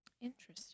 interesting